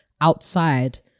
outside